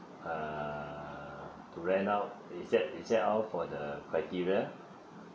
err to rent out is that is that out for the criteria